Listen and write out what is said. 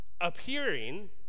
appearing